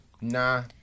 Nah